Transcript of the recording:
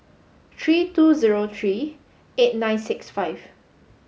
three two zero three eight nine six five